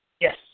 Yes